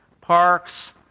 parks